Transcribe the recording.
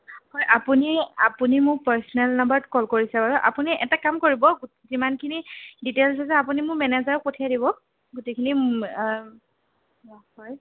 হয় আপুনি আপুনি মোক পাৰ্চনেল নাম্বাৰত কল কৰিছে বাৰু আপুনি এটা কাম কৰিব গো যিমানখিনি ডিটেইলছ আছে আপুনি মোৰ মেনেজাৰক পঠিয়াই দিব গোটেইখিনি